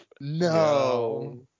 No